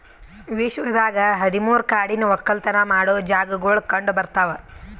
ವಿಶ್ವದಾಗ್ ಹದಿ ಮೂರು ಕಾಡಿನ ಒಕ್ಕಲತನ ಮಾಡೋ ಜಾಗಾಗೊಳ್ ಕಂಡ ಬರ್ತಾವ್